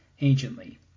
anciently